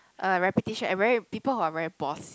uh reputation and very people who are very bossy